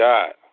God